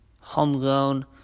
homegrown